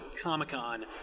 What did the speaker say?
Comic-Con